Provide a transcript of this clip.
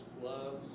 gloves